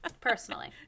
Personally